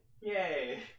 Yay